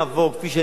כפי שאני אומר,